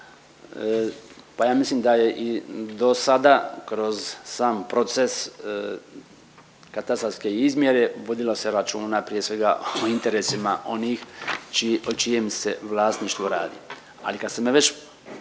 pa ja mislim da je i dosada kroz sam proces katastarske izmjere, vodilo se računa prije svega o interesima onih o čijem se vlasništvu radi. Ali kad ste mi već